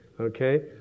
Okay